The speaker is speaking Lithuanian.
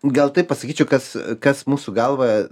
gal taip pasakyčiau kas kas mūsų galva